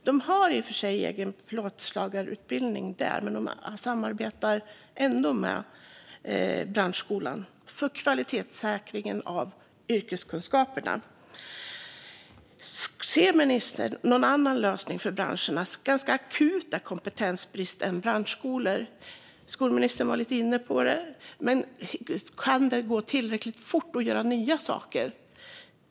De har i och för sig en egen plåtslagarutbildning där, men de samarbetar ändå med branschskolan för kvalitetssäkring av yrkeskunskaperna. Ser ministern någon annan lösning för branschernas ganska akuta kompetensbrist än branschskolor? Skolministern var lite inne på det, men kan det gå tillräckligt fort att göra nya saker?